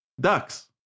ducks